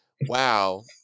wow